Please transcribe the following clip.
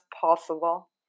possible